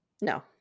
No